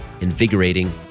invigorating